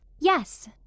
yes